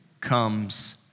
comes